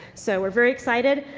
so, we're very excited.